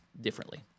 differently